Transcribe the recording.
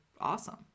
awesome